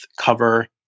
cover